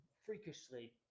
freakishly